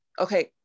okay